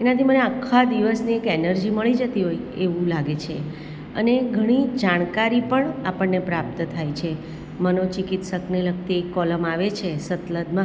એનાથી મને આખા દિવસની એક એનર્જી મળી જતી હોય એવું લાગે છે અને ઘણી જાણકારી પણ આપણને પ્રાપ્ત થાય છે મનોચિકિત્સકને લગતી એક કૉલમ આવે છે શતદલમાં